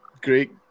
great